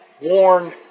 warn